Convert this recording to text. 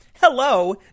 Hello